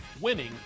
Winning